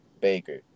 Baker